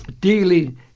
dealing